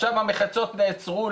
עכשיו המחיצות נעצרו,